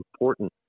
important